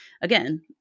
Again